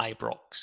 Ibrox